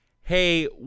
hey